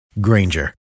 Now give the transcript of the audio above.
Granger